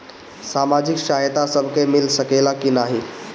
सामाजिक सहायता सबके मिल सकेला की नाहीं?